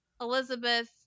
Elizabeth